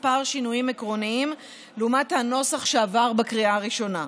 שינויים עקרוניים לעומת הנוסח שעבר בקריאה הראשונה,